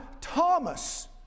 Thomas